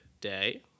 Day